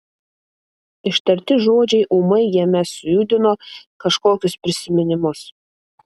ištarti žodžiai ūmai jame sujudino kažkokius prisiminimus